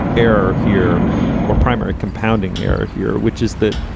error here or primary compounding error here, which is that,